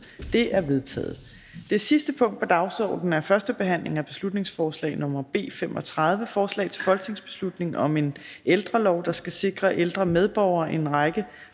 Det er vedtaget. --- Det sidste punkt på dagsordenen er: 4) 1. behandling af beslutningsforslag nr. B 35: Forslag til folketingsbeslutning om en ældrelov, der skal sikre ældre medborgere en række